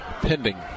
pending